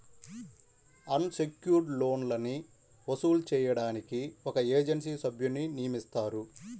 అన్ secured లోన్లని వసూలు చేయడానికి ఒక ఏజెన్సీ సభ్యున్ని నియమిస్తారు